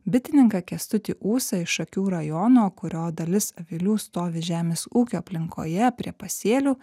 bitininką kęstutį ūsą iš šakių rajono kurio dalis avilių stovi žemės ūkio aplinkoje prie pasėlių